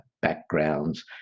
backgrounds